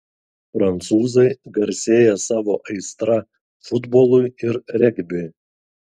prancūzai garsėja savo aistra futbolui ir regbiui